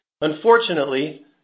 Unfortunately